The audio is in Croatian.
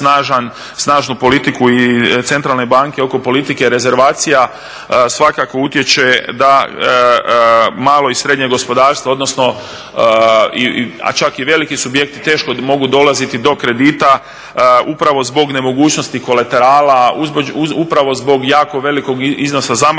snažnu politiku i centralne banke oko politike rezervacija, svakako utječe da malo i srednje gospodarstvo, a čak i veliki subjekti teško mogu dolaziti do kredita upravo zbog nemogućnosti kolaterala, upravo zbog jako velikog iznosa zamrznute